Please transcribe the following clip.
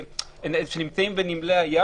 שנמצאים בנמלי הים,